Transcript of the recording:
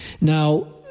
now